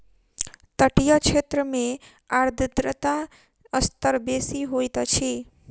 तटीय क्षेत्र में आर्द्रता स्तर बेसी होइत अछि